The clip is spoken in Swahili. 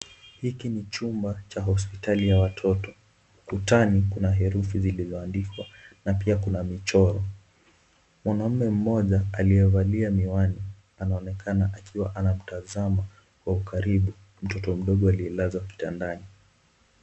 Hiki ni chumba cha hospitali ya watoto. Ukutani kua herufi lililoandikwa na pia kuna michoro. Mwanaume mmoja aliyevalia miwani, anaonekana akiwa anamtazama, kwa ukaribu mtoto mdogo aliyelazwa kitandani.